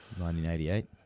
1988